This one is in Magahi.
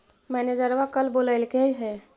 मैनेजरवा कल बोलैलके है?